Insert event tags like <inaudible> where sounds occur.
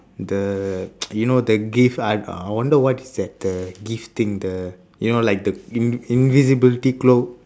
the <noise> you know the gift I I wonder what is that the gift thing the you know like the in~ invisibility cloak